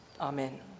Amen